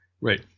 Right